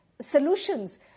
solutions